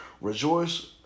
rejoice